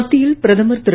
மத்தியில் பிரதமர் திரு